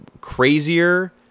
crazier